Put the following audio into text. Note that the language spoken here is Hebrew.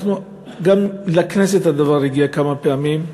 גם לכנסת הדבר הגיע כמה פעמים,